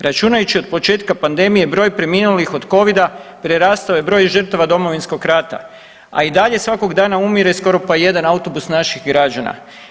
Računajući od početka pandemije broj preminulih od Covida prerastao je broj žrtava Domovinskog rata, a i dalje svakog dana umire skoro pa jedan autobus naših građana.